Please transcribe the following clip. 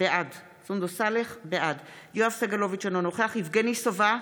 בעד יואב סגלוביץ' אינו נוכח יבגני סובה,